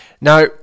Now